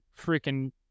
freaking